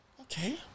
Okay